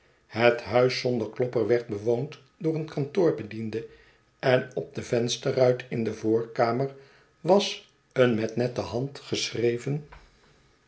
het huis zonder klopper werd bewoond door een kantoorbediende en op de vensterruit in de voorkamer was een met een nette hand geschreven